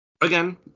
Again